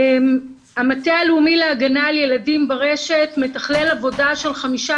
המטה הלאומי להגנה על ילדים ברשת מתכלל עבודה של חמישה